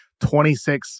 26